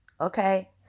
Okay